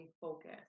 focus